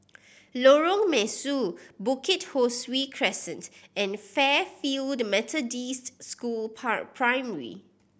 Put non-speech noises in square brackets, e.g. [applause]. Lorong Mesu Bukit Ho Swee Crescent and Fairfield Methodist School [unintelligible] Primary